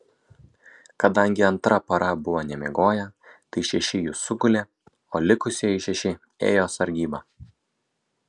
kadangi antra para buvo nemiegoję tai šeši jų sugulė o likusieji šeši ėjo sargybą